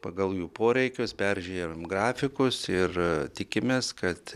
pagal jų poreikius peržiūrėjom grafikus ir tikimės kad